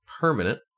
permanent